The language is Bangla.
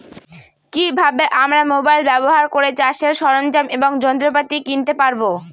কি ভাবে আমরা মোবাইল ব্যাবহার করে চাষের সরঞ্জাম এবং যন্ত্রপাতি কিনতে পারবো?